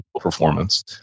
performance